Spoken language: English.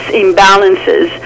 imbalances